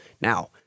Now